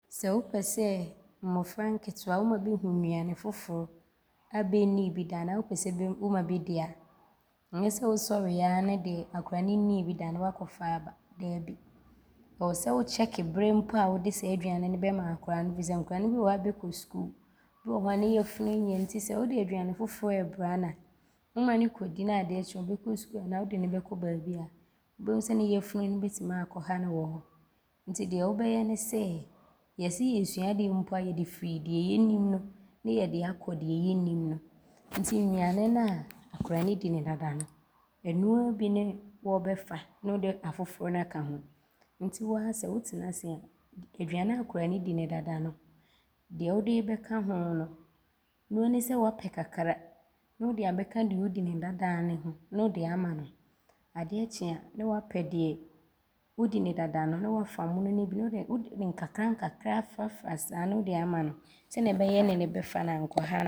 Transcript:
Sɛ wopɛ sɛ mmɔfra nketewa woma bɛhu nnuane foforɔ a bɛnnii bi da anaa wopɛ sɛ woma bɛdi a, nyɛ sɛ wosɔreeɛ a ne deɛ akwadaa no nnii bi da no, woakɔfa aba daabi, ɔwɔ sɛ wohu berɛ mpo a wode saa aduane no bɛma akwadaa firi sɛ nkwadaa ne bi wɔ hɔ a bɛkɔ sukuu. Bi wɔ hɔ a ne yafunu nyɛ nti sɛ wode aduane foforɔ rebrɛ akwadaa no a, woma ne kɔdi ne adeɛ ɔbɛkɔ sukuu anaa wode ne bɛkɔ baabi a wobɛhu sɛ ne yafunu no bɛtim aakɔha ne wɔ hɔ nti deɛ wobɛyɛ ne sɛ, bɛɛ yɛɛsua adeɛ mpo a, yɛde firi deɛ yɛnim ne yɛde akɔ deɛ yɛnnim no nti nnuane no a nkwadaa no di ne dada no, ɔnoaa bi ne wɔɔbɛfa ne wode afoforɔ no akeka ho nti wo ara sɛ wotenase a, aduane a akwadaa ne di ne dada no, deɛ wode ɔɔbɛka hoo no, noaa di sɛ woapɛ kakra ne wode abɛka deɛ ɔdi ne dada ne ho ne wode aama no. Adeɛ kye a ne woapɛ deɛ ɔdi ne dada no ne woafa mono ne bi ne wode ne nkakrankakra afrafra saa ne wode aama no sɛdeɛ ɔbɛyɛ a ɔne ne bɛfa ne ankɔha no.